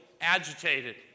agitated